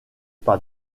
par